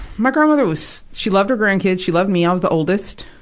my grandmother was she loved her grandkids, she loved me. i was the oldest.